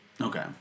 Okay